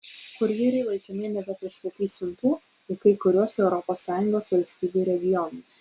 kurjeriai laikinai nebepristatys siuntų į kai kuriuos europos sąjungos valstybių regionus